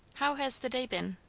how has the day been?